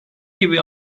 gibi